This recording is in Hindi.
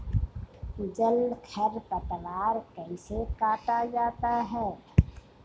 जल खरपतवार कैसे काटा जाता है?